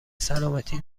سلامتی